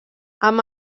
amb